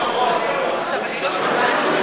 בבקשה.